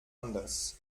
anders